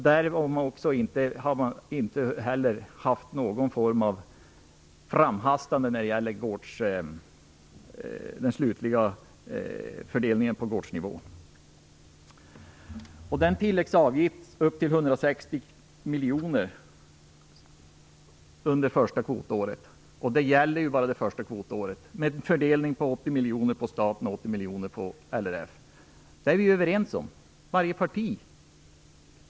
Där har man inte heller haft något framhastande när det gällt den slutliga fördelningen på gårdsnivå. Den tilläggsavgift på upp till 160 miljoner under första kvotåret - och det gäller bara första kvotåret - med fördelningen 80 miljoner på staten och 80 miljoner på LRF är vi överens om i alla partier.